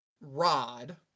rod